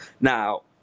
Now